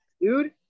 dude